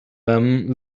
them